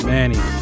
Manny